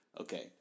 Okay